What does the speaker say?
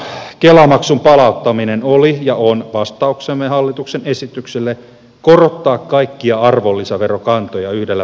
kela maksun palauttaminen oli ja on vastauksemme hallituksen esitykselle korottaa kaikkia arvonlisäverokantoja yhdellä veroprosentilla